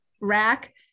rack